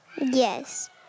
Yes